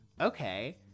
okay